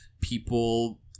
people –